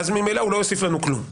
ממילא הוא לא יוסיף לנו כלום.